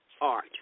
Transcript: art